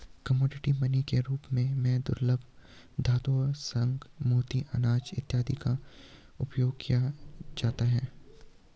commodity money के रूप में दुर्लभ धातुओं शंख मोती अनाज इत्यादि का उपयोग किया जाता है